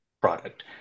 product